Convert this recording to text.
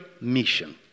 mission